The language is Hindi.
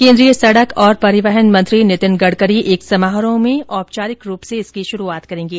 केन्द्रीय सड़क और परिवहन मंत्री नितिन गडकरी एक समारोह में औपचारिक रूप से इसकी शुरूआत करेंगे